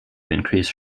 increase